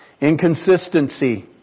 Inconsistency